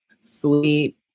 sweet